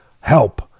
help